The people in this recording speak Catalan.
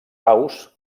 aus